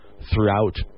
throughout